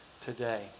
today